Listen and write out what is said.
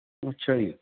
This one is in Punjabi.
ਅੱਛਾ ਜੀ